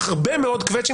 הרבה מאוד קווצ'ים,